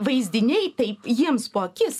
vaizdiniai tai jiems po akis